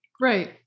Right